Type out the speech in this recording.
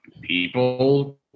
people –